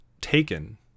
taken